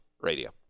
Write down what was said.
Radio